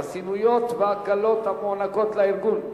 חסינויות והקלות המוענקות לארגון,